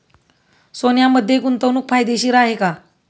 सोन्यामध्ये गुंतवणूक फायदेशीर आहे का?